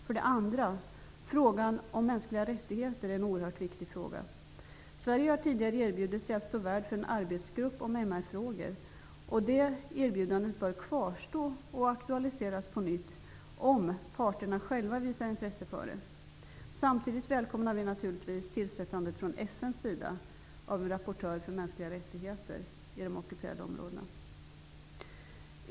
För det andra utgör de mänskliga rättigheterna en oerhört viktig fråga. Sverige har tidigare erbjudit sig att stå värd för en arbetsgrupp om MR-frågor. Det erbjudandet bör kvarstå och aktualiseras på nytt om parterna själva visar intresse för det. Samtidigt välkomnar vi naturligtvis tillsättandet från FN:s sida av en rapportör för mänskliga rättigheter i de ockuperade områdena.